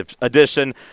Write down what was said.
edition